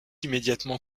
immédiatement